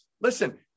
listen